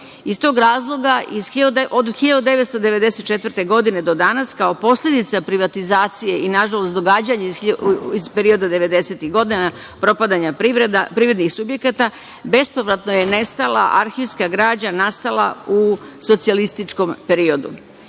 Iz tog razloga, od 1994. godine do danas, kao posledica privatizacije i, nažalost, događanja iz perioda devedesetih godina, propadanje privrednih subjekata, bespovratno je nestala arhivska građa nastala u socijalističkom periodu. Izazovi